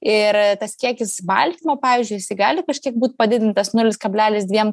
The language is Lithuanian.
ir tas kiekis baltymo pavyzdžiui jisai gali kažkiek būt padidintas nulis kablelis dviem